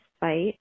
fight